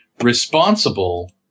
responsible